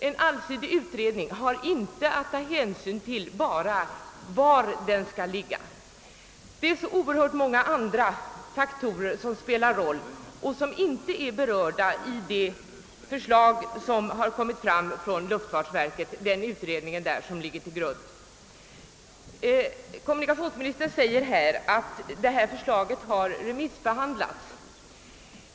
En allsidig utredning har inte bara att ta ställning till var flygfältet skall ligga, utan det finns oerhört många andra faktorer som spelar in och som inte berörts i luftfartsverkets utredning. Kommunikationsministern säger att förslaget har remissbehandlats.